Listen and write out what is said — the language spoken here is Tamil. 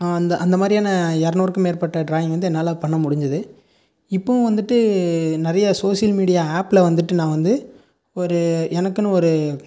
அந்த அந்த மாதிரியான இரநூறுக்கும் மேற்பட்ட டிராயிங் வந்து என்னால் பண்ண முடிஞ்சுது இப்போதும் வந்துட்டு நிறைய சோஷியல் மீடியா ஆப்பில் வந்துட்டு நான் வந்து ஒரு எனக்குன்னு ஒரு